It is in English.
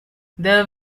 there